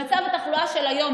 במצב התחלואה של היום,